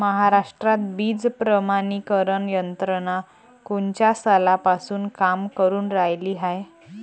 महाराष्ट्रात बीज प्रमानीकरण यंत्रना कोनच्या सालापासून काम करुन रायली हाये?